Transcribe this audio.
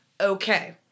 Okay